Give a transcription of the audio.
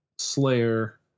Slayer